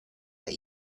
that